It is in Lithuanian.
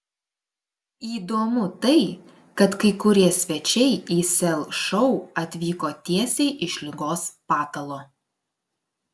įdomu tai kad kai kurie svečiai į sel šou atvyko tiesiai iš ligos patalo